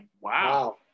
wow